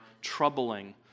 troubling